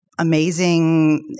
amazing